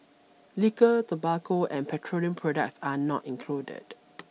liquor tobacco and petroleum products are not included